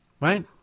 Right